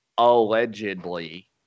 allegedly